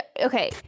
okay